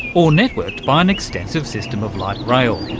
or networked by an extensive system of light rail.